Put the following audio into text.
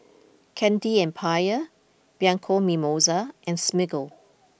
Candy Empire Bianco Mimosa and Smiggle